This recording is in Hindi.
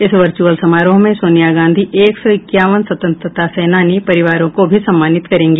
इस वर्चुअल समारोह में सोनिया गांधी एक सौ इक्यावन स्वतंत्रता सेनानी परिवारों को भी सम्मानित करेंगी